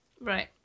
Right